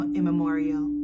immemorial